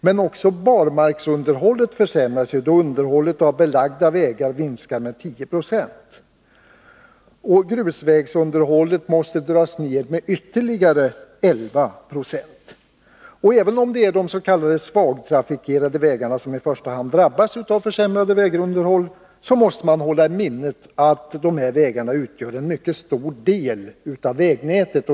Men också barmarksunderhållet försämras naturligtvis då underhållet av belagda vägar minskar med 10 26 och grusvägsunderhållet måste dras ned med ytterligare 11 26. Även om det är de s.k. svagtrafikerade vägarna som i första hand drabbas av det försämrade vägunderhållet, måste man hålla i minnet att dessa vägar utgör en mycket stor del av vägnätet.